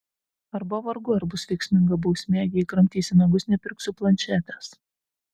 arba vargu ar bus veiksminga bausmė jei kramtysi nagus nepirksiu planšetės